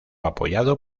apoyado